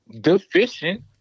deficient